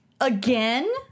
Again